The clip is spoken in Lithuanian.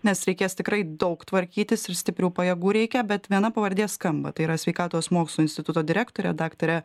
nes reikės tikrai daug tvarkytis ir stiprių pajėgų reikia bet viena pavardė skamba tai yra sveikatos mokslų instituto direktorė daktarė